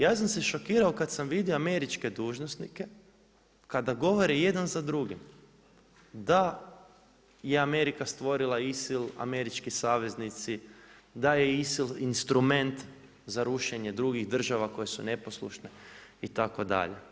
Ja sam se šokirao kada sam vidio američke dužnosnike, kada govore jedan za drugim, da je Amerika stvorila ISIL, američki saveznici, da je ISIL instrument za rušenje drugih država koje su neposlušne itd.